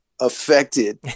affected